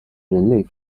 人类